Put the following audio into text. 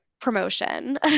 promotion